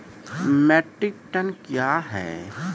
Metric tonne कया हैं?